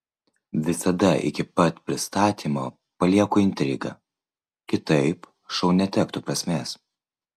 visada iki pat pristatymo palieku intrigą kitaip šou netektų prasmės